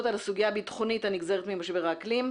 על הסוגיה הביטחונית הנגזרת ממשבר האקלים.